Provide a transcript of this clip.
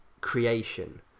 creation